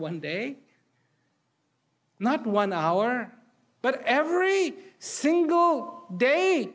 one day not one hour but every single day